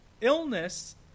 illness